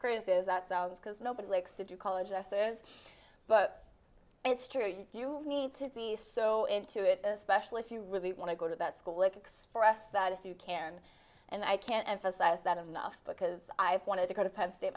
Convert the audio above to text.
is that sounds because nobody likes to do college i says but it's true you need to be so into it especially if you really want to go to that school express that if you can and i can't emphasize that enough because i wanted to go to penn state